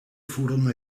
furono